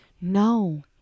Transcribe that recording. no